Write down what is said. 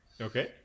Okay